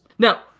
Now